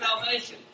salvation